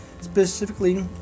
Specifically